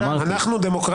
אנחנו דמוקרטים.